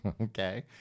Okay